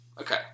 Okay